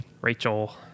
Rachel